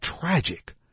tragic